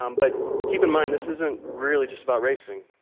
um but keep in mind, this isn't really just about racing.